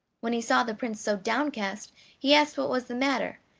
when he saw the prince so downcast he asked what was the matter,